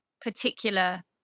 particular